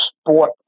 sport